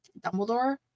Dumbledore